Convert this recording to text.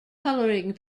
coloring